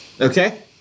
Okay